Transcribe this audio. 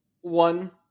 one